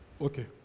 Okay